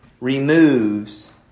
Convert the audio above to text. removes